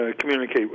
communicate